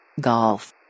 Golf